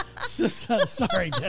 sorry